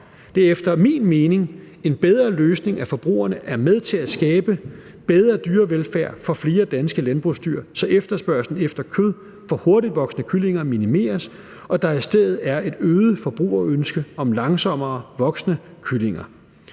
Det er efter min mening en bedre løsning, at forbrugerne er med til at skabe bedre dyrevelfærd for flere danske landbrugsdyr, så efterspørgslen efter kød fra hurtigtvoksende kyllinger minimeres og der i stedet er et øget forbrugerønske om langsommerevoksende kyllinger.